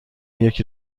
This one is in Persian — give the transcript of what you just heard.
یکی